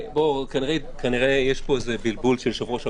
כנראה שיש פה איזה בלבול של יושב-ראש הקואליציה.